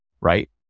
right